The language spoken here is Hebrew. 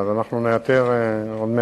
ואולם,